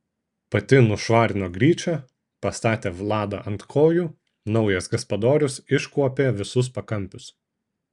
pati nušvarino gryčią pastatė vladą ant kojų naujas gaspadorius iškuopė visus pakampius